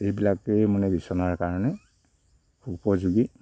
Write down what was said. এইবিলাকেই মানে বিছনাৰ কাৰণে উপযোগী